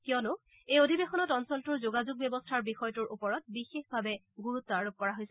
কিয়নো এই অধিৱেশনত অঞ্চলটোৰ যোগাযোগ ব্যৱস্থাৰ বিষয়টোৰ ওপৰত বিশেষভাৱে গুৰুত্ব আৰোপ কৰা হৈছে